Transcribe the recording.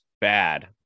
bad